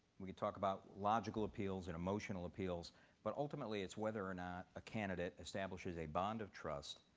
we can talk about logical appeals and emotional appeals but ultimately it's whether or not a candidate establishes a bond of trust,